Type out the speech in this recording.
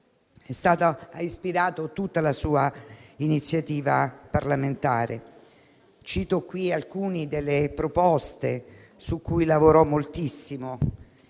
ha ispirato tutta la sua iniziativa parlamentare. Cito qui alcune delle proposte su cui lavorò moltissimo